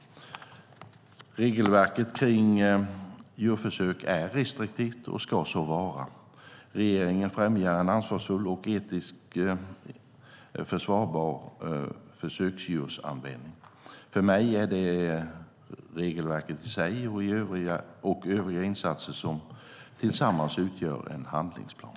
Regelverket kring djurförsök är restriktivt och ska så vara. Regeringen främjar en ansvarsfull och etiskt försvarbar försöksdjursanvändning. För mig är det regelverket i sig och övriga insatser som tillsammans utgör en handlingsplan.